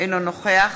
אינו נוכח